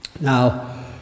Now